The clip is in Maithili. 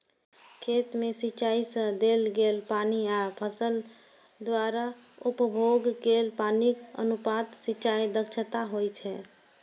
खेत मे सिंचाइ सं देल गेल पानि आ फसल द्वारा उपभोग कैल पानिक अनुपात सिंचाइ दक्षता होइ छै